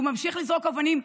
הוא ממשיך לזרוק אבנים.